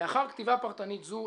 לאחר כתיבה פרטנית זו,